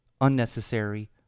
unnecessary